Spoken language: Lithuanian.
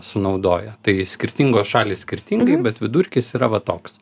sunaudoja tai skirtingos šalys skirtingai bet vidurkis yra va toks